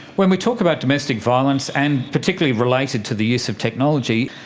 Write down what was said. when we talk about domestic violence, and particularly related to the use of technology,